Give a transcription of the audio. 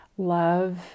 love